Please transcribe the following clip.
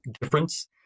difference